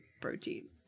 protein